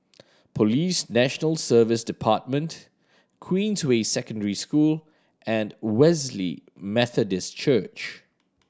Police National Service Department Queensway Secondary School and Wesley Methodist Church